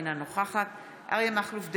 אינה נוכחת אריה מכלוף דרעי,